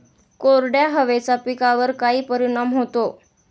कोरड्या हवेचा पिकावर काय परिणाम होतो?